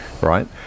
right